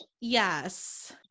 Yes